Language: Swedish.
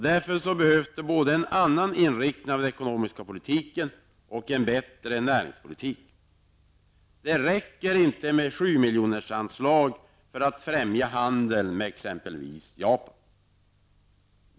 Därför behövs både en annan inriktning av den ekonomiska politiken och en bättre näringspolitik. Det räcker inte med anslag på 7 milj.kr. för att främja handeln med exempelvis Japan.